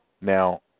Now